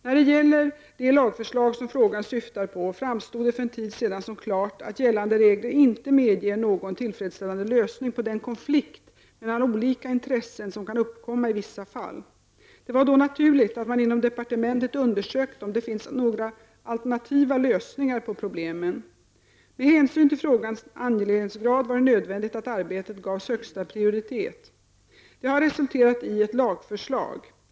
När det gäller det lagförslag som frågan syftar på framstod det för en tid sedan som klart att gällande regler inte medger någon tillfredsställande lösning på den konflikt mellan olika intressen som kan uppkomma i vissa fall. Det var då naturligt att man inom departementet undersökte om det finns några alternativa lösningar på problemen. Med hänsyn till frågans angelägenhetsgrad var det nödvändigt att arbetet gavs högsta prioritet. Det har resulterat i ett lagförslag.